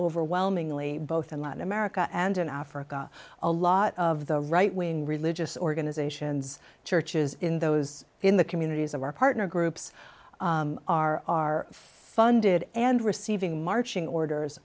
overwhelmingly both in latin america and in africa a lot of the right wing religious organizations churches in those in the communities of our partner groups are funded and receiving marching orders